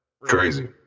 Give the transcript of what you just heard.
Crazy